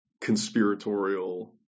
conspiratorial